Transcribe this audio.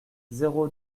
zéro